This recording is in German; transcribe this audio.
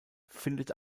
findet